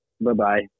Bye-bye